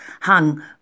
hung